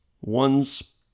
One's